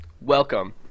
welcome